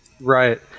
Right